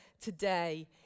today